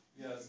Yes